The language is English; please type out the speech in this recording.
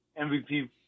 MVP